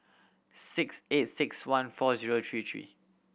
six eight six one four zero three three